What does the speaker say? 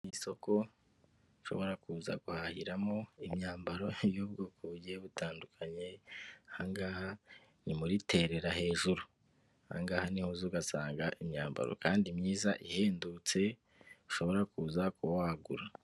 Isoko ushobora kuza guhahiramo imyambaro y'ubwoko bugiye butandukanye, aha ngaha ni muri terera hejuru, aha ngaha niho uza ugasanga imyambaro kandi myiza ihendutse ushobora kuza kuba wagura.